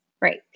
Right